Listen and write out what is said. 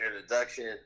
introduction